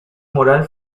moral